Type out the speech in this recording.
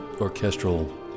orchestral